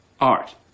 Art